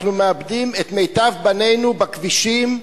אנחנו מאבדים את מיטב בנינו בכבישים,